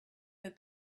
her